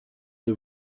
the